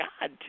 god